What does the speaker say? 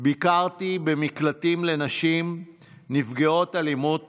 ביקרתי במקלטים לנשים נפגעות אלימות